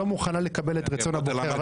לא מוכנה לקבל את רצון הבוחר.